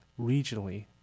regionally